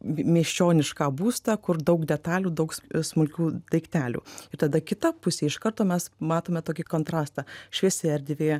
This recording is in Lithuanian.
mi miesčionišką būstą kur daug detalių daug smulkių daiktelių ir tada kita pusė iš karto mes matome tokį kontrastą šviesi erdvė